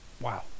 Wow